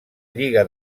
lliga